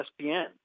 ESPN